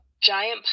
giant